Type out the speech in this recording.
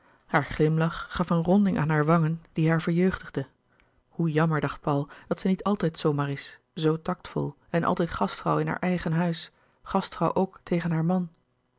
haar glimlach gaf een ronding aan haar wangen die haar verjeugdigde hoe jamlouis couperus de boeken der kleine zielen mer dacht paul dat zij niet altijd zoo maar is zoo tactvol en altijd gastvrouw in haar eigen huis gastvrouw ook tegen haar man